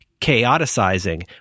chaoticizing